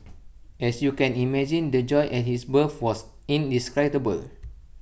as you can imagine the joy at his birth was indescribable